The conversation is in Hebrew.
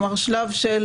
כלומר, שלב של